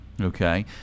Okay